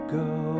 go